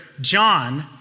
John